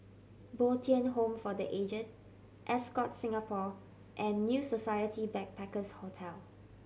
Bo Tien Home for The Aged Ascott Singapore and New Society Backpackers' Hotel